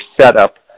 setup